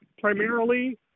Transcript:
primarily